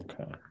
okay